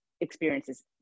experiences